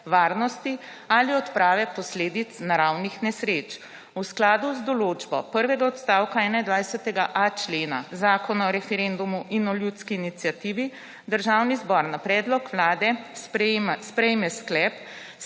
varnosti ali odprave posledic naravnih nesreč. V skladu z določbo prvega odstavka 21.a člena Zakona o referendumu in o ljudski iniciativi Državni zbor na predlog Vlade sprejme sklep,